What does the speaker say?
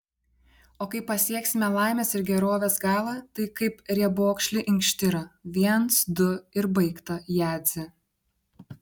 o kai pasieksime laimės ir gerovės galą tai kaip riebokšlį inkštirą viens du ir baigta jadze